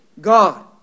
God